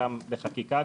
חלקם בחקיקה,